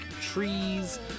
trees